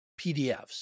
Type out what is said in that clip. PDFs